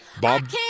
Bob